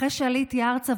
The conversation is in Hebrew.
אחרי שעליתי ארצה,